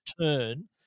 turn